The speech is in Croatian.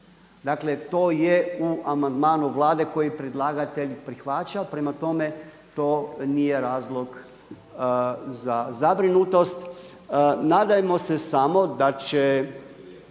Dakle to je u amandmanu Vlade koji predlagatelj prihvaća, prema tome to nije razlog za zabrinutost. Nadajmo se samo da će